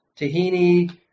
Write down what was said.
tahini